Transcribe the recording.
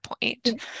point